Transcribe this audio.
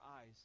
eyes